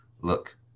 look